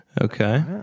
Okay